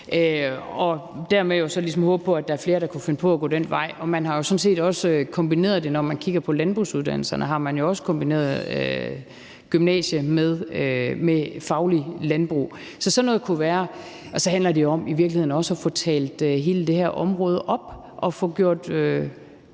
ligesom håbe på, at der ville være flere, der kunne finde på at gå den vej. Man har jo sådan set også kombineret det, for når man kigger på landbrugsuddannelserne, har man jo også kombineret gymnasiet med fagligt landbrug. Så sådan noget kunne det være. Så handler det jo i virkeligheden også om at få talt hele det her område op og få gjort